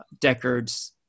deckard's